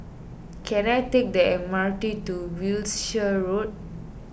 can I take the M R T to Wiltshire Road